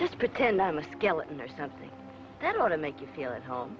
just pretend i'm a skeleton or something that ought to make you feel at home